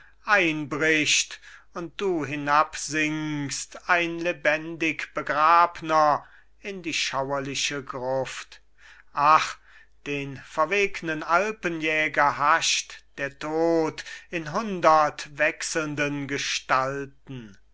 einbricht und du hinabsinkst ein lebendig begrabner in die schauerliche gruft ach den verwegnen alpenjäger hascht der tod in hundert wechselnden gestalten